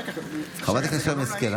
חברת הכנסת שרן השכל,